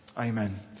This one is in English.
Amen